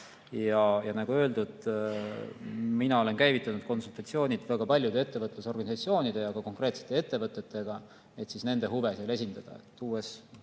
Nagu öeldud, mina olen käivitanud konsultatsioonid väga paljude ettevõtlusorganisatsioonide ja ka konkreetsete ettevõtetega, et nende huve esindada.